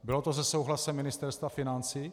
Bylo to se souhlasem Ministerstva financí?